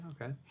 Okay